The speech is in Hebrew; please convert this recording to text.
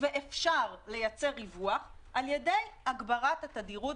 ואפשר לייצר ריווח על ידי הגברת התדירות